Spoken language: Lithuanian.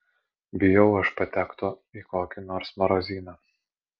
bijau aš patekto į kokį nors marozyną